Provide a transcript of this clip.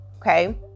Okay